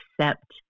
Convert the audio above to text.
accept